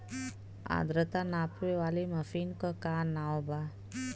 आद्रता नापे वाली मशीन क का नाव बा?